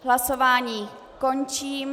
Hlasování končím.